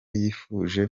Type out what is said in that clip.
yifuje